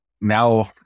now